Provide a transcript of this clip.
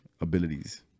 abilities